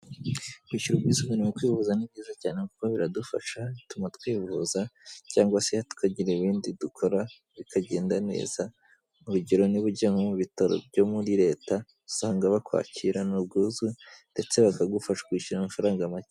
Kwishyura ubwisugane mu kwivuza ni byiza cyane kuko biradufasha, bituma twivuza cyangwa se tukagira ibindi dukora bikagenda neza, urugero niba ugiye nko mu bitaro byo muri Leta usanga bakwakirana ubwuzu ndetse bakagufasha kwishyura amafaranga make.